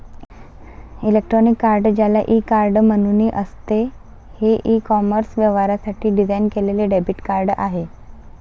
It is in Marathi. इलेक्ट्रॉनिक कार्ड, ज्याला ई कार्ड म्हणूनही असते, हे ई कॉमर्स व्यवहारांसाठी डिझाइन केलेले डेबिट कार्ड आहे